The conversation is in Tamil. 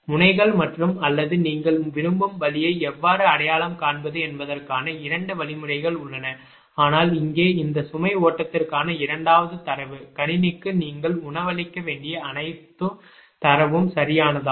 முனைக்கள் மற்றும் அல்லது நீங்கள் விரும்பும் வழியை எவ்வாறு அடையாளம் காண்பது என்பதற்கான இரண்டு வழிமுறைகள் உள்ளன ஆனால் இங்கே இந்த சுமை ஓட்டத்திற்கான இரண்டாவது தரவு கணினிக்கு நீங்கள் உணவளிக்க வேண்டிய அனைத்து தரவும் சரியானதா